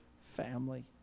family